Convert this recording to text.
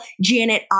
Janet